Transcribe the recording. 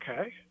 Okay